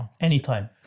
Anytime